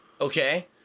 Okay